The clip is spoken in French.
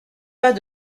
pas